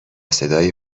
صدای